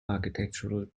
architectural